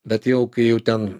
bet jau kai jau ten